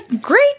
great